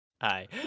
Hi